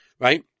Right